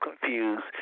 confused